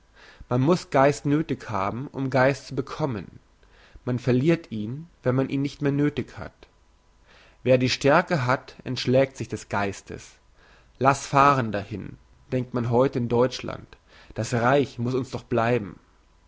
man muss geist nöthig haben um geist zu bekommen man verliert ihn wenn man ihn nicht mehr nöthig hat wer die stärke hat entschlägt sich des geistes lass fahren dahin denkt man heute in deutschland das reich muss uns doch